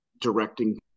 directing